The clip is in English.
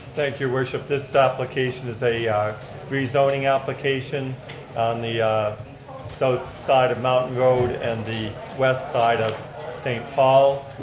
thanks your worship. this application is a rezoning application on the south ah so side of mount road and the west side of st. paul.